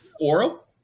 oral